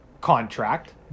contract